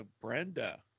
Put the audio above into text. Brenda